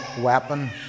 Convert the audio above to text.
weapon